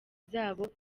zabo